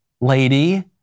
lady